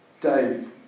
Dave